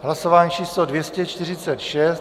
Hlasování číslo 246.